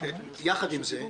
יחד עם זה,